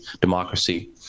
democracy